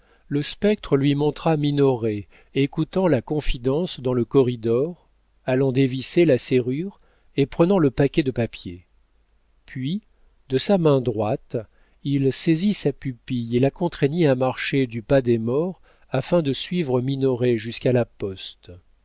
le spectre lui montra minoret écoutant la confidence dans le corridor allant dévisser la serrure et prenant le paquet de papiers puis de sa main droite il saisit sa pupille et la contraignit à marcher du pas des morts afin de suivre minoret jusqu'à la poste